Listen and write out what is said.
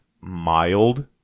mild